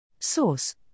Source